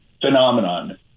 phenomenon